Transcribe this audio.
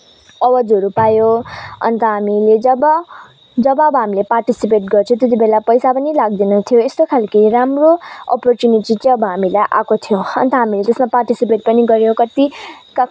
अवार्डसहरू पायो अन्त हामीले जब जब अब हामीले पार्टिसिपेट गर्छ त्यति बेला पैसा पनि लाग्दैनथ्यो यस्तो खालके राम्रो अपरचुनिटी चाहिँ अब हामीलाई आएको थियो अन्त हामीले त्यसमा पार्टिसिपेट पनि गऱ्यो कति